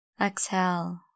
Exhale